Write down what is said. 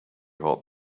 hot